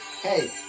hey